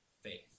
faith